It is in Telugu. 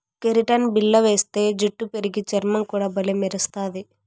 కెరటిన్ బిల్ల వేస్తే జుట్టు పెరిగి, చర్మం కూడా బల్లే మెరస్తది